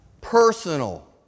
personal